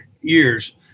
years